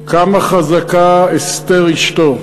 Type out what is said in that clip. כמה חזקה אסתר אשתו.